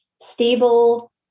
stable